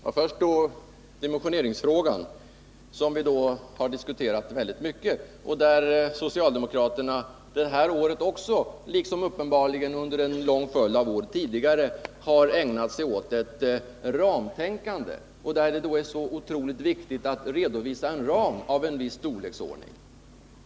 Herr talman! Först vill jag uppehålla mig vid dimensioneringsfrågan, som vi har diskuterat mycket ingående och där socialdemokraterna det här året också, liksom uppenbarligen under en lång följd av år tidigare, har ägnat sig åt ett ramtänkande — det är så otroligt viktigt att redovisa en ram av viss storleksordning.